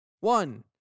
One